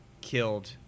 killed